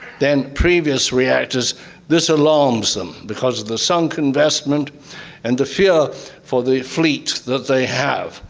than previous reactors this alarms them because the sunken investment and the fear for the fleet that they have.